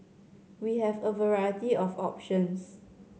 we have a variety of options